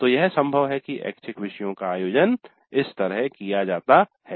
तो यह संभव है कि ऐच्छिक विषयों का आयोजन इसी तरह किया जाता है